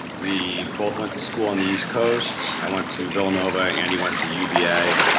we both went to school on the east coast, i went to villanova, andy went to uva.